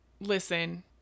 listen